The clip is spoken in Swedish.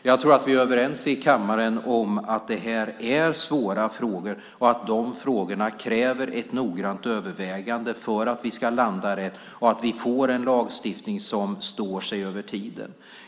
Jag tror att vi är överens i kammaren om att det här är svåra frågor och att de frågorna kräver ett noggrant övervägande för att vi ska landa rätt och att vi får en lagstiftning som står sig över tiden.